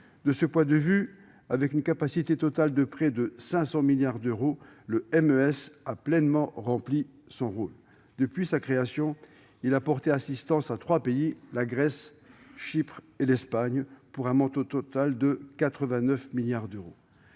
De ce point de vue, avec une capacité totale de 500 milliards d'euros de prêt, le MES a pleinement rempli son rôle. Depuis sa création, il a porté assistance à trois pays- la Grèce, l'Espagne et Chypre -pour un montant total de 89 milliards d'euros.